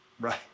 Right